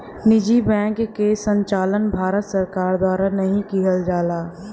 निजी बैंक क संचालन भारत सरकार द्वारा नाहीं किहल जाला